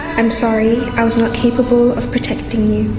i'm sorry i was not capable of protecting you.